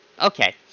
okay